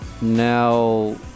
now